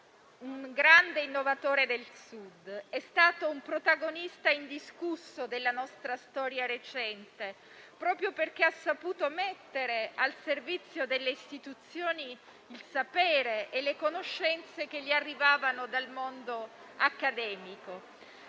un grande innovatore del Sud. È stato un protagonista indiscusso della nostra storia recente, proprio perché ha saputo mettere al servizio delle istituzioni il sapere e le conoscenze che gli arrivavano dal mondo accademico.